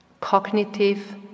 cognitive